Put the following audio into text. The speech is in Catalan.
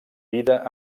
vida